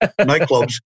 nightclubs